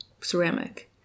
ceramic